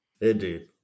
Indeed